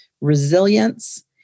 resilience